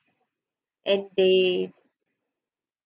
and they